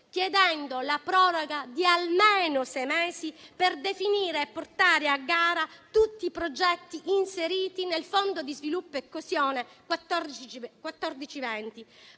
chiedendo la proroga di almeno sei mesi per definire e portare a gara tutti i progetti inseriti nel fondo di sviluppo e coesione 2014-2020,